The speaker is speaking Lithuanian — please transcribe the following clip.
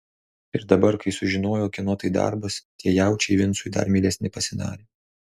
ir dabar kai sužinojo kieno tai darbas tie jaučiai vincui dar mielesni pasidarė